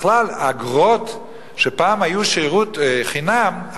בכלל אגרות שפעם היו שירות חינם,